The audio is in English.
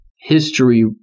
history